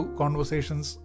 conversations